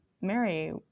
Mary